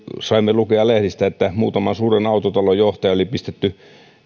saimme lukea lehdistä että muutaman suuren autotalon johtaja oli pistetty